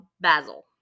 Basil